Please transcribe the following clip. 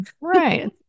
Right